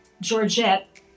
Georgette